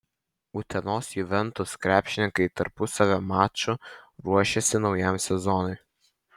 utenos juventus krepšininkai tarpusavio maču ruošiasi naujam sezonui